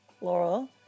Laurel